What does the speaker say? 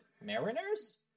mariners